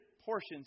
portions